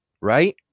right